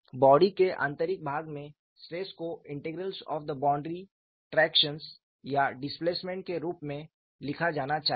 body के आंतरिक भाग में स्ट्रेस को integrals of the boundary tractions या डिस्प्लेसमेंट के रूप में लिखा जाना चाहिए